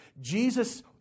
Jesus